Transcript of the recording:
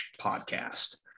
podcast